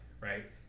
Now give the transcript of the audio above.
right